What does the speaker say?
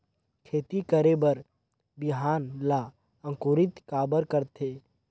खेती करे बर बिहान ला अंकुरित काबर करथे?